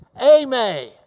amen